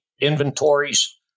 inventories